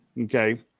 okay